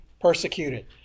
persecuted